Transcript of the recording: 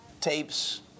tapes